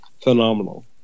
phenomenal